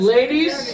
Ladies